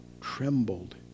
trembled